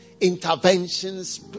Interventions